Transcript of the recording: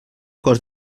cost